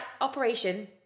operation